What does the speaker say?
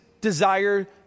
desire